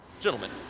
gentlemen